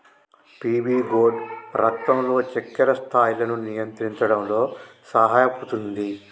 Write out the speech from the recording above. PV gourd రక్తంలో చక్కెర స్థాయిలను నియంత్రించడంలో సహాయపుతుంది